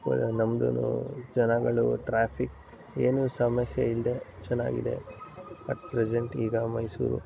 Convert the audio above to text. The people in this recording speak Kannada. ನಮ್ದು ಜನಗಳು ಟ್ರಾಫಿಕ್ ಏನೂ ಸಮಸ್ಯೆ ಇಲ್ಲದೆ ಚೆನ್ನಾಗಿದೆ ಅಟ್ ಪ್ರೆಸೆಂಟ್ ಈಗ ಮೈಸೂರು